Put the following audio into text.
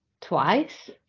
twice